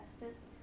investors